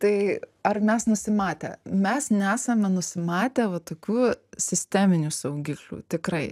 tai ar mes nusimatę mes nesame nusimatę va tokių sisteminių saugiklių tikrai